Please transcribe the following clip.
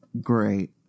great